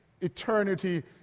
Eternity